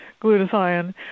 glutathione